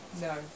No